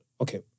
Okay